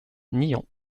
nyons